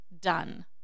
done